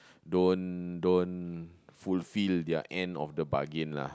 don't don't fulfil their end of the bargain lah